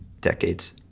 decades